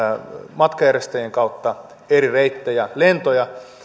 matkanjärjestäjien kautta eri reittejä lentoja